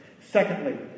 Secondly